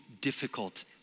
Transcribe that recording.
difficult